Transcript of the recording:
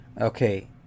Okay